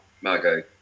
Margo